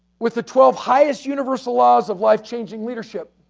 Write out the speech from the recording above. with the twelve highest universal laws of life changing leadership.